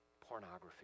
pornography